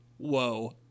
Whoa